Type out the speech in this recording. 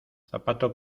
zapato